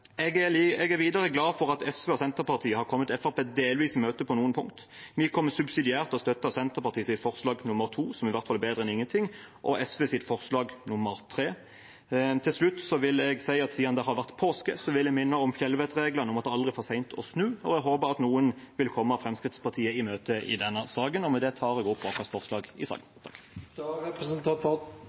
Jeg er videre glad for at SV og Senterpartiet har kommet Fremskrittspartiet delvis i møte på noen punkt. Vi kommer subsidiært til å støtte forslag nr. 2, fra Senterpartiet, som i hvert fall er bedre enn ingenting, og forslag nr. 3, fra SV. Til slutt vil jeg si at siden det har vært påske, vil jeg minne om fjellvettregelen om at det aldri er for seint å snu, og jeg håper at noen vil komme Fremskrittspartiet i møte i denne saken. Med det tar jeg opp vårt forslag i saken.